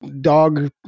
dog